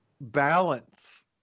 balance